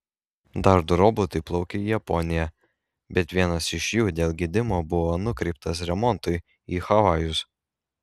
dar du robotai plaukė į japoniją bet vienas iš jų dėl gedimo buvo nukreiptas remontui į havajus